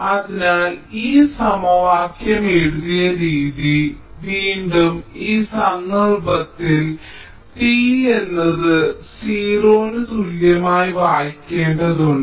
അതിനാൽ ഈ സമവാക്യം എഴുതിയ രീതി വീണ്ടും ഈ സന്ദർഭത്തിൽ t എന്നത് 0 ന് തുല്യമായി വായിക്കേണ്ടതുണ്ട്